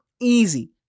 Easy